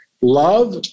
love